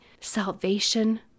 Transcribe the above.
salvation